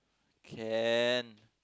can